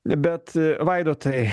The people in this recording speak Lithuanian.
bet vaidotai